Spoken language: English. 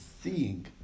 seeing